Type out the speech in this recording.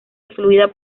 influida